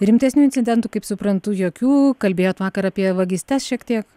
rimtesnių incidentų kaip suprantu jokių kalbėjot vakar apie vagystes šiek tiek